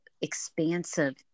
expansive